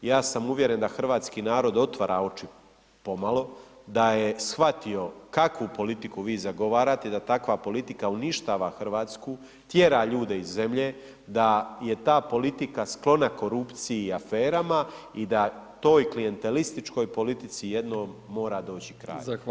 Ja sam uvjeren da hrvatski narod otvara oči pomalo, da je shvatio kakvu politiku vi zagovarate i da takva politika uništava Hrvatsku, tjera ljude iz zemlje, da je ta politika sklona korupciji i aferama i da toj klijentelističkoj politici jednom mora doći kraj [[Upadica: Zahvaljujem]] Tražim glasovanje.